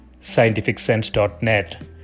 scientificsense.net